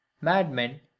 madmen